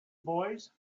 boys